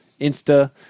insta